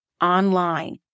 online